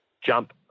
jump